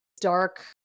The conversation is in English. dark